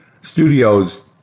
studios